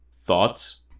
Thoughts